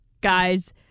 guys